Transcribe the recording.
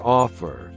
offer